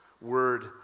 word